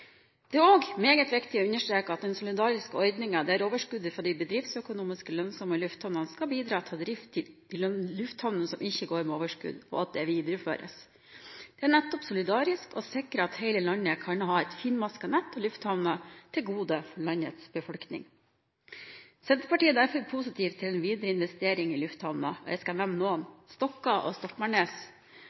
Det er òg meget viktig å understreke at den solidariske ordningen der overskuddet fra de bedriftsøkonomisk lønnsomme lufthavnene skal bidra til å drifte de lufthavnene som ikke går med overskudd, videreføres. Det er nettopp solidarisk å sikre at hele landet kan ha et finmasket nett av lufthavner til gode for landets befolkning. Senterpartiet er derfor positiv til en videre investering i lufthavner. Jeg kan nevne Stokka og